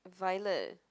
violet